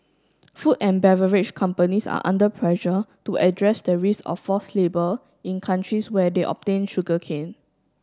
food and beverage companies are under pressure to address the risk of forced labour in countries where they obtain sugarcane